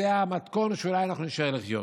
זה המתכון שאולי אנחנו נישאר לחיות.